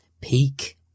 peak